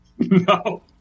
No